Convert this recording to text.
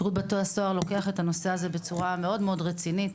שירות בתי הסוהר לוקח את הנושא הזה בצורה מאוד רצינית.